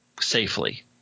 safely